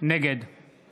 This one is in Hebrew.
נגד